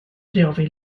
brofi